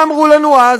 מה אמרו לנו אז?